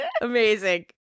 Amazing